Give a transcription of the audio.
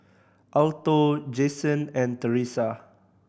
Alto Jasen and Thresa